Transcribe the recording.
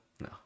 no